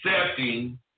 accepting